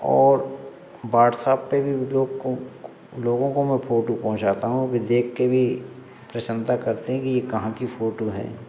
और वाट्सअप पर भी वे लोग को लोगों को मैं फोटू पहुँचाता हूँ वे देखकर भी प्रशंसा करते हैं कि यह कहाँ की फ़ोटू है